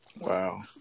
Wow